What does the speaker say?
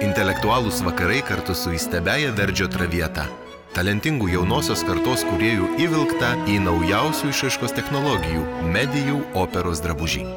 intelektualūs vakarai kartu su įstabiąja verdžio traviata talentingų jaunosios kartos kūrėjų įvilktą į naujausių išraiškos technologijų medijų operos drabužį